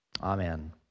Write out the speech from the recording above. Amen